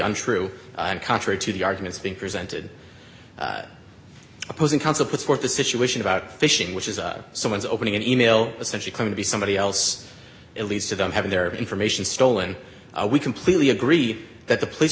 untrue and contrary to the arguments being presented opposing counsel put forth a situation about fishing which is someone's opening an e mail essentially claim to be somebody else it leads to them having their information stolen we completely agree that the place